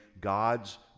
God's